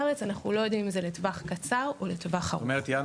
זאת אומרת, כ-32% יצאו מהארץ.